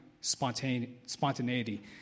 spontaneity